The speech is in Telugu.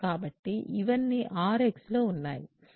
కాబట్టి ఇవన్నీ Rx లో ఉన్నాయి